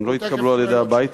והן לא התקבלו על-ידי הבית,